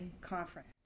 conference